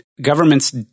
governments